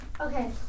Okay